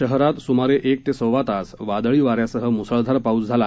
शहरात सुमारे एक ते सव्वा तास वादळी वाऱ्यासह मुसळधार पाऊस झाला